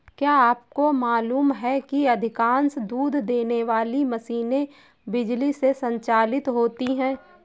क्या आपको मालूम है कि अधिकांश दूध देने वाली मशीनें बिजली से संचालित होती हैं?